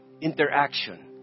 interaction